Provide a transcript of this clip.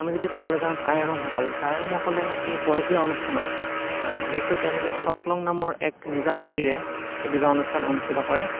আমি যদি ক'বলৈ যাওঁ টাই আহোমসকল টাই আহোমসকলে এই বৰবিয়া অনুষ্ঠানত বিশেষকৈ তেওঁলোকে চকলং নামৰ এক নিজা ৰীতিৰে এই বিবাহ অনুষ্ঠান অনুষ্ঠিত কৰে